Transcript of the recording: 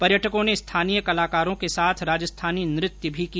पर्यटकों ने स्थानीय कलाकारों के साथ राजस्थानी नृत्य भी किया